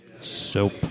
Soap